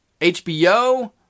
HBO